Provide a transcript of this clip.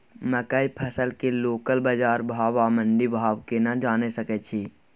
मकई फसल के लोकल बाजार भाव आ मंडी भाव केना जानय सकै छी?